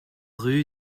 rue